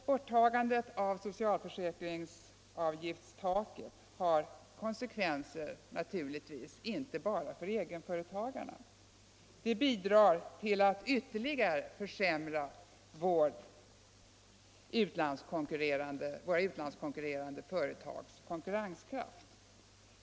Borttagandet av taket för socialförsäkringsavgifterna får naturligtvis konsekvenser inte bara för egenföretagarna. Det bidrar också till att ytterligare försämra våra utlandskonkurrerande företags konkurrenskraft.